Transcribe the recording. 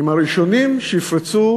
עם הראשונים שיפרצו